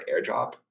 airdrop